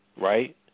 right